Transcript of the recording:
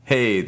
Hey